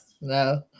no